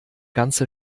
ganze